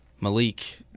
Malik